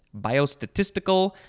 Biostatistical